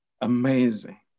Amazing